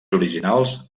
originals